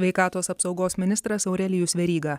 sveikatos apsaugos ministras aurelijus veryga